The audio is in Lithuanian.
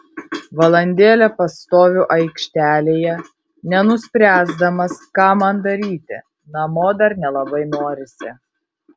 valandėlę pastoviu aikštelėje nenuspręsdamas ką man daryti namo dar nelabai norisi